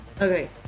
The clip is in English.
okay